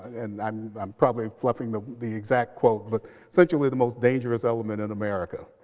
and i'm i'm probably fluffing the the exact quote but essentially the most dangerous element in america.